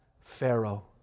Pharaoh